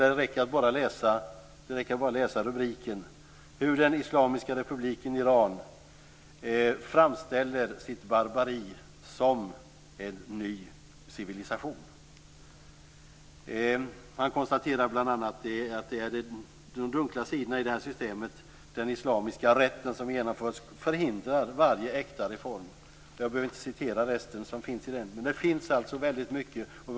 Det räcker att bara läsa rubriken: Hur den islamiska republiken Iran framställer sitt barbari som en ny civilisation. Han konstaterar bl.a. att de dunkla sidorna i systemet, den islamiska rätt som genomförts, förhindrar varje äkta reform. Jag behöver inte citera resten, men det finns som sagt mycket information.